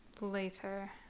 later